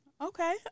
Okay